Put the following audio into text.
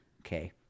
okay